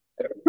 right